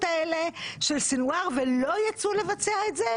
האלה של סינוואר ולא יצאו לבצע את זה,